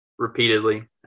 Repeatedly